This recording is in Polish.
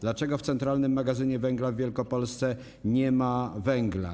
Dlaczego w centralnym magazynie węgla w Wielkopolsce nie ma węgla?